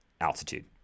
altitude